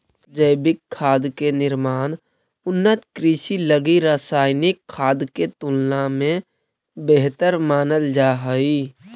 जैविक खाद के निर्माण उन्नत कृषि लगी रासायनिक खाद के तुलना में बेहतर मानल जा हइ